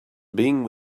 being